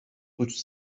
suç